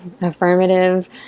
affirmative